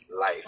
life